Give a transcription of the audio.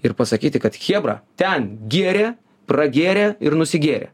ir pasakyti kad chebra ten gėrė pragėrė ir nusigėrė